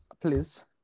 please